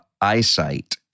eyesight